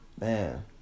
Man